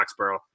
Foxborough